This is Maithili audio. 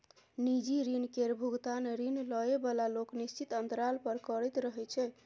निजी ऋण केर भोगतान ऋण लए बला लोक निश्चित अंतराल पर करैत रहय छै